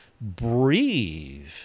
breathe